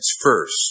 first